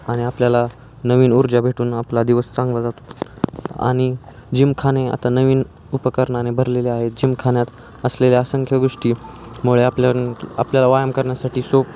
आणि आपल्याला नवीन ऊर्जा भेटून आपला दिवस चांगला जातो आणि जिमखाने आता नवीन उपकरणाने भरलेले आहेत जिमखान्यात असलेल्या असंख्य गोष्टीमुळे आपल्या आपल्याला व्यायाम करण्यासाठी सोप